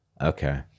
okay